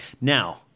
Now